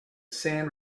sand